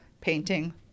painting